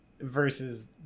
versus